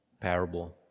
parable